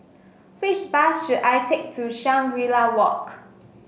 which bus should I take to Shangri La Walk